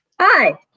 Hi